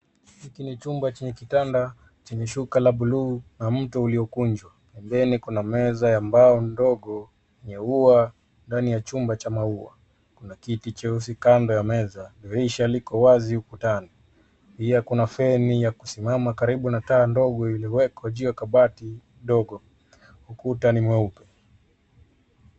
Hiki ni chumba chenye kitanda chenye shuka la buluu na mto uliokunjwa. Pembeni kuna meza ambao ni ndogo yenye ua ndani ya chumba cha maua. Kuna kiti cheusi kando ya meza. Dirisha liko wazi ukutani. Pia kuna feni ya kusimama karibu na taa ndogo lililowekwa juu ya kabati dogo. Ukuta ni mweupe.